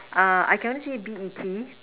err I can only see B E T